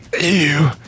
Ew